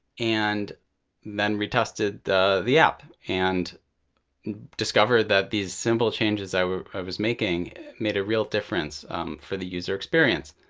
and then retested the the app and discovered that these simple changes i was making made a real difference for the user experience.